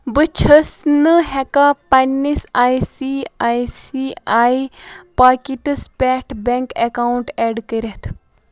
بہٕ چھَس نہٕ ہٮ۪کان پنٛنِس I C I C I Pockets پٮ۪ٹھ بٮ۪نٛک اٮ۪کاوُنٛٹ اٮ۪ڈ کٔرِتھ